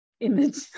image